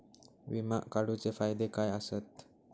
विमा काढूचे फायदे काय आसत?